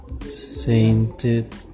sainted